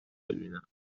بیینم